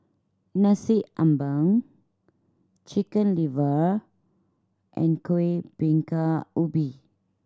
Nasi Ambeng Chicken Liver and Kuih Bingka Ubi